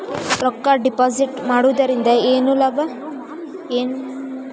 ರೊಕ್ಕ ಡಿಪಾಸಿಟ್ ಮಾಡುವುದರಿಂದ ಏನ್ ಲಾಭ?